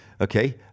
okay